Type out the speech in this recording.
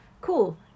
cool